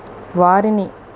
వారిని